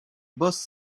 boss